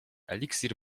eliksir